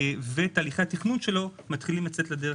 ותהליכי התכנון שלו מתחילים לצאת לדרך